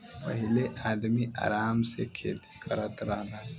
पहिले आदमी आराम से खेती करत रहल